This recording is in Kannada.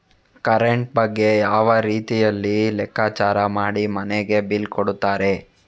ಕರೆಂಟ್ ಬಗ್ಗೆ ಯಾವ ರೀತಿಯಲ್ಲಿ ಲೆಕ್ಕಚಾರ ಮಾಡಿ ಮನೆಗೆ ಬಿಲ್ ಕೊಡುತ್ತಾರೆ?